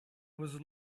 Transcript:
was